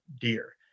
deer